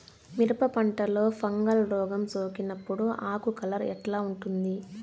మిరప పంటలో ఫంగల్ రోగం సోకినప్పుడు ఆకు కలర్ ఎట్లా ఉంటుంది?